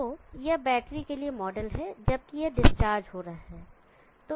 तो यह बैटरी के लिए मॉडल है जबकि यह डिस्चार्ज हो रहा है